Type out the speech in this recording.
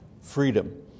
Freedom